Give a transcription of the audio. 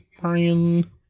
Brian